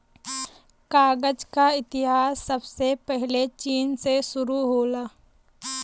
कागज क इतिहास सबसे पहिले चीन से शुरु होला